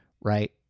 right